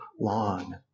long